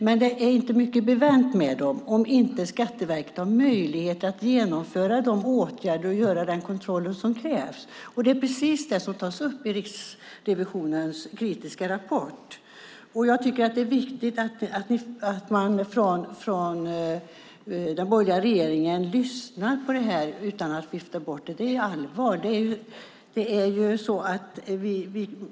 Men det är inte mycket bevänt med dem om inte Skatteverket har möjligheter att genomföra de åtgärder och göra den kontroll som krävs. Det är precis det som tas upp i Riksrevisionens kritiska rapport. Det är viktigt att den borgerliga regeringen lyssnar på det utan att vifta bort det. Det är allvar.